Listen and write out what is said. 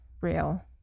real